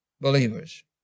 Believers